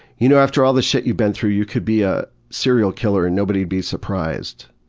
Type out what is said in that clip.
you know, after all the shit you've been through, you could be a serial killer and nobody'd be surprised.